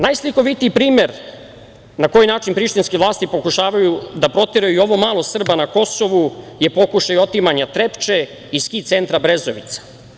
Najslikovitiji primer na koji način prištinske vlasti pokušavaju da proteraju i ovo malo Srba na Kosovu je pokušaj otimanja Trepče i ski centra Brezovica.